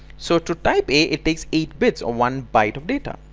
so to type a. it takes eight bits or one byte of data.